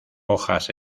hojas